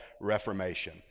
reformation